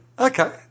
Okay